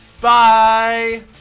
Bye